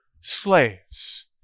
slaves